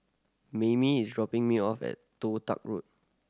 Mayme is dropping me off at Toh Tuck Road